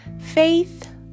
faith